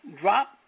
drop